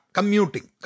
Commuting